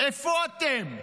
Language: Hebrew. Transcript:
איפה אתם?